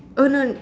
oh no